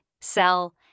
sell